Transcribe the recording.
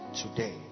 today